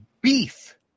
Beef